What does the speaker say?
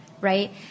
right